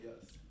Yes